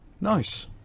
Nice